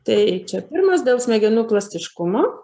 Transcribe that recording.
tai čia pirmas dėl smegenų plastiškumo